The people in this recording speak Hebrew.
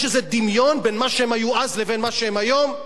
יש איזה דמיון בין מה שהם היו אז לבין מה שהם היום?